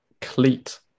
cleat